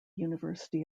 university